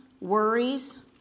worries